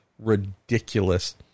Ridiculous